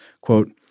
Quote